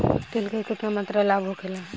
तेल के केतना मात्रा लाभ होखेला?